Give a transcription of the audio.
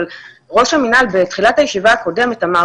אבל ראש המינהל בתחילת הישיבה הקודמת אמר